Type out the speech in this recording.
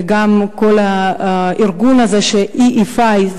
וארגון EFI,